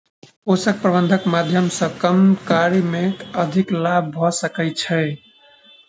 पोषक प्रबंधनक माध्यम सॅ कम कार्य मे अधिक लाभ भ सकै छै